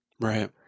right